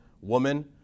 woman